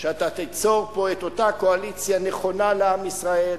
שאתה תיצור פה את אותה קואליציה נכונה לעם ישראל,